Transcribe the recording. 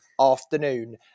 afternoon